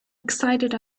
excited